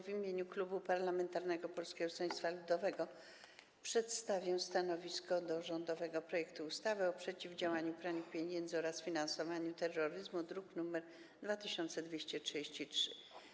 W imieniu klubu Parlamentarnego Polskiego Stronnictwa Ludowego przedstawiam stanowisko wobec rządowego projektu ustawy o przeciwdziałaniu praniu pieniędzy oraz finansowaniu terroryzmu, druk nr 2233.